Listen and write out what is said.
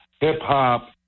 hip-hop